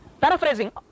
paraphrasing